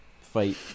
fight